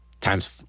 times